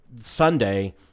Sunday